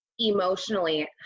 emotionally